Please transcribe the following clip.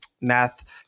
math